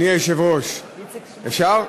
אדוני השר, אפשר?